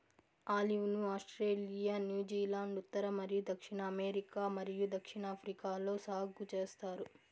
olive ను Australia, New Zealand, ఉత్తర మరియు దక్షిణ అమెరికా మరియు దక్షిణాఫ్రికాలో సాగు చేస్తారు